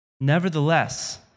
Nevertheless